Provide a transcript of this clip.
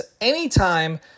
anytime